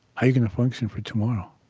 how are you going to function for tomorrow?